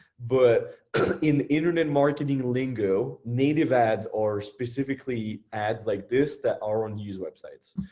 but in internet marketing lingo, native ads are specifically ads like this that are on these websites.